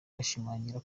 bashimangira